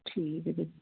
ਠੀਕ ਹੈ ਵੀਰ ਜੀ